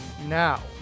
now